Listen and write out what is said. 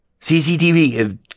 CCTV